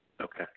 Okay